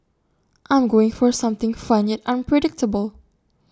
I'm going for something fun yet unpredictable